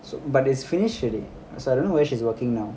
so but it's finish already so I don't know where she's working now